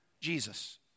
Jesus